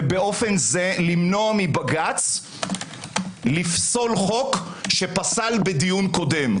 וכך למנוע מבג"ץ לפסול חוק שפסל בדיון קודם.